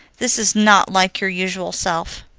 this is not like your usual self.